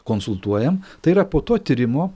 konsultuojam tai yra po to tyrimo